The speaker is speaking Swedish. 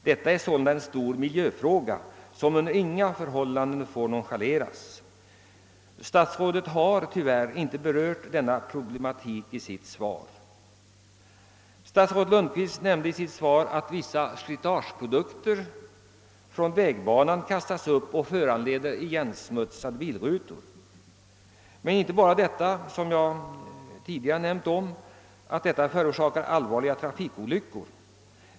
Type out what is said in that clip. Detta är sålunda en stor miljöfråga som under inga förhållanden får nonchaleras. Statsrådet har tyvärr inte berört denna problematik i sitt svar. I svaret nämnde statsrådet Lundkvist att vissa slitageprodukter från vägbanan kastas upp och föranleder igensmutsade bilrutor. Detta föranleder inte bara, som jag tidigare nämnde, allvar liga trafikolyckor.